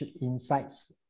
insights